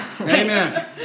Amen